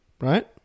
right